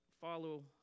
follow